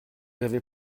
avez